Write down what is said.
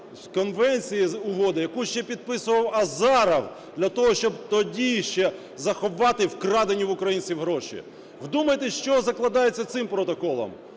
Конвенції з угоди, яку ще підписував Азаров, для того щоб тоді ще заховати вкрадені в українців гроші. Вдумайтесь, що закладається цим Протоколом.